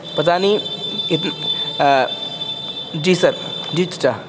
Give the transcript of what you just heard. پتہ نہیں کہ جی سر جی چچا